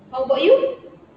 how about you